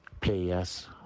players